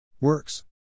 Works